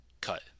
cut